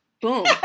Boom